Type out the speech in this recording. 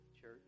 church